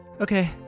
Okay